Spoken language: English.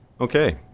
Okay